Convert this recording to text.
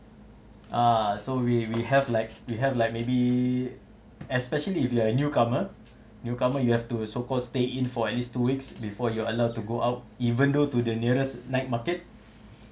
ah so we we have like we have like maybe especially if you are a newcomer newcomer you have to so called stay in for at least two weeks before you're allowed to go out even though to the nearest night market